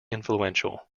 influential